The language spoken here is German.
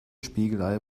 spiegelei